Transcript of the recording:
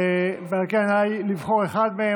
ולכן היה עליי לבחור אחד מהם.